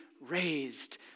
raised